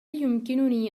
يمكنني